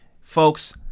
Folks